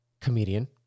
comedian